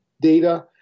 data